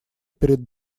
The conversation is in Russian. перед